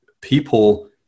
People